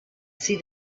see